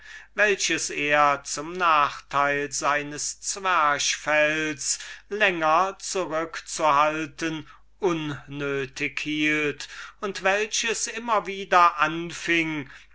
welches er zum nachteil seines zwerchfells länger zurückzuhalten unnötig hielt und welches immer wieder anfing